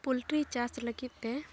poultry ᱪᱟᱥ ᱞᱟᱹᱜᱤᱫ ᱛᱮ